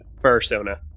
Persona